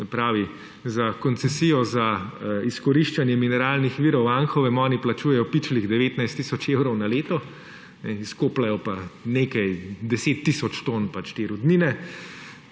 za koncesijo za izkoriščanje mineralnih virov v Anhovem oni plačujejo pičlih 19 tisoč evrov na leto, izkopljejo pa nekaj 10 tisoč ton pač te rudnine,